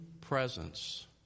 presence